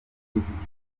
z’igitondo